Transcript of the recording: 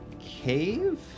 cave